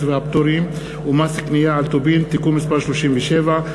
והפטורים ומס קנייה על טובין (תיקון מס' 37),